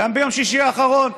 גם ביום שישי האחרון,